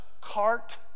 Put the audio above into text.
cart